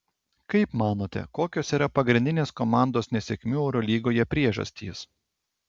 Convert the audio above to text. kaip manote kokios yra pagrindinės komandos nesėkmių eurolygoje priežastys